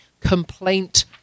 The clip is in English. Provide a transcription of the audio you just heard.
complaint